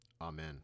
Amen